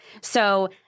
So-